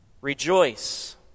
rejoice